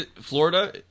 florida